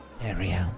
Ariel